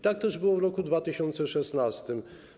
Tak też było w roku 2016.